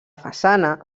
façana